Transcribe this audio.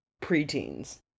preteens